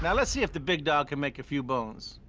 yeah let's see if the big dog can make a few bones.